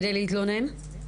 כדי להתלונן?